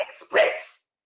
express